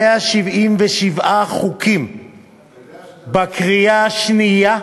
177 חוקים בקריאה השנייה והשלישית.